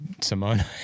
Simone